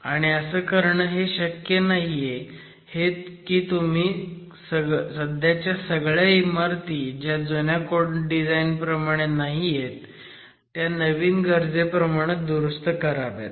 आणि असं करणं हे शक्य नाहीये की तुम्ही सध्याच्या सगळ्या इमारती ज्या जुन्या कोड प्रमाणे डिझाईन केलेल्या आहेत त्या नवीन गरजेप्रमाणे दुरुस्त कराव्यात